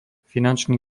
finančný